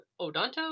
odonto